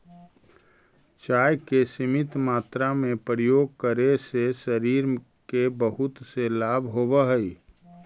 चाय के सीमित मात्रा में प्रयोग करे से शरीर के बहुत से लाभ होवऽ हइ